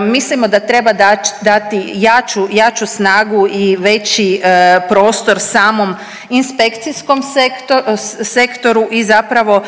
Mislimo da treba dati jaču snagu i veći prostor samom inspekcijskom sektoru i zapravo